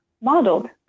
modeled